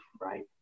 right